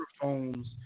phones